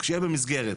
שיהיה במסגרת,